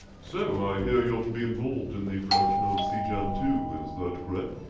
so, i hear you're to be involved in the production ah of sea jam two. is that correct?